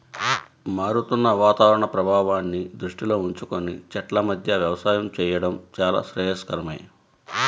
మారుతున్న వాతావరణ ప్రభావాన్ని దృష్టిలో ఉంచుకొని చెట్ల మధ్య వ్యవసాయం చేయడం చాలా శ్రేయస్కరమే